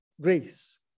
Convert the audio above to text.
grace